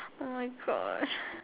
oh my God